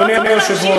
אתה לא צריך להמשיך,